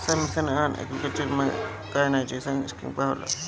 सब mission on agriculture mechanization scheme का होला?